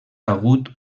hagut